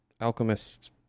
alchemist